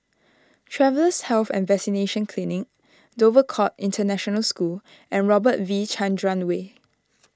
Travellers' Health and Vaccination Clinic Dover Court International School and Robert V Chandran Way